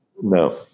no